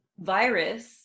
virus